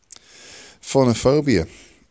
phonophobia